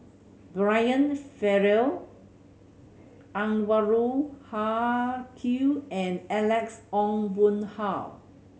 Brian Farrell Anwarul Haque and Alex Ong Boon Hau